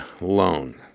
loan